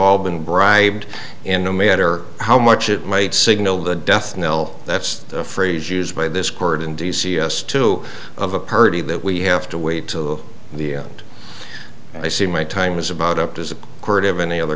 all been bribed in no matter how much it might signal the death knell that's a phrase used by this court and d c s two of a party that we have to wait till the end i see my time is about up as a court of any other